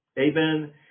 Amen